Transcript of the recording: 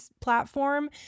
platform